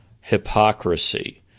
hypocrisy